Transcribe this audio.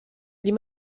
les